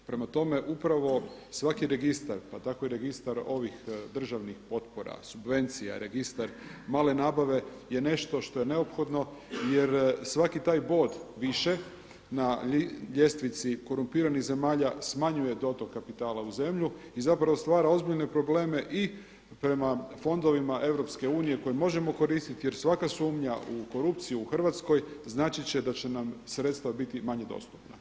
Prema tome upravo svaki registar, pa tako i registar ovih državnih potpora subvencija, registar male nabave je nešto što je neophodno jer svaki taj bod više na ljestvici korumpiranih zemalja smanjuje dotok kapitala u zemlji i zapravo stvara ozbiljne probleme i prema fondovima EU koje možemo koristiti jer svaka sumnja u korupciju u Hrvatskoj značit će da će nam sredstva biti manje dostupna.